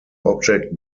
object